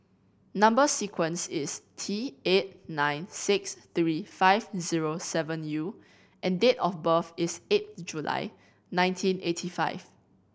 number sequence is T eight nine six three five zero seven U and date of birth is eight July nineteen eighty five